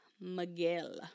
Miguel